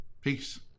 peace